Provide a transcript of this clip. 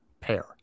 pair